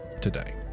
today